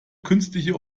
künstliche